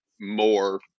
more